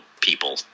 people